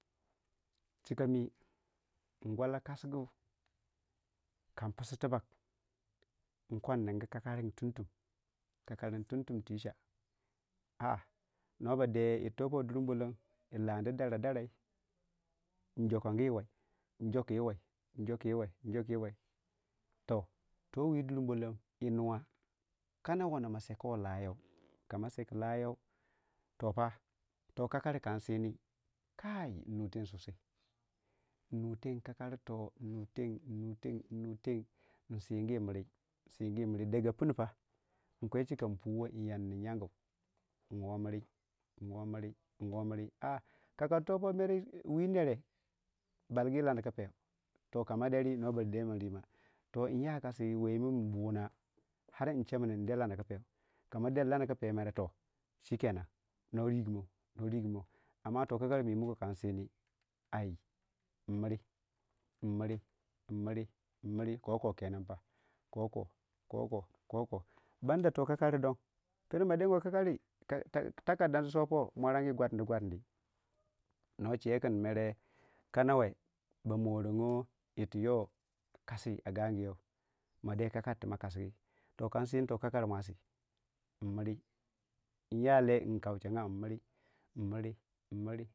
Chikami ngwaka kasgu kan pusu tibbeg nko nningu kokarringi mtum kakarringi tum- tum tiche a'a nobade yirtopo durmo lom yi lahdi dara darai njokongu yiwai njokiyi wai jokii yiwai jokii yiwai toh towii durmo lom yi- nu- wa kana wono ma sekuwai lahyou kama seki layou topa tokakari kansini kai nnuteng sosai nnuteng kakarto nunteng nnunteng nnunteng nsigimiri nsigimiri daga pinnu pa nkwechika npuwei nyarnu yangu nwoo mirri nwoo mirri nwoomiri a'a kakar topo mere wii nere balgi yi landau ku peu toh kama deri na bademan rima toh nyakasi yiiwemu nbuna ar nchemin nde landau ku peu kama der landaku peu mere toh chikenan no rigumon no- rigumou amma toh kakari mi muko kan sini ai nmiri nmiri nmiri nmiri koko kenen pa koko, koko, koko banda toh kakari don per madanguwe kakari takar dandi sopo mwarangi gwatindi gwatindi no chekin mere kanwe bamorongo irtuyo kasi a gaguyou made akari tuma kasgi toh kan sin toh kakari mwasi. Nmiri nyalei nkauchagya nmiri, nmiri nmiri nmiri nyalei nsoge.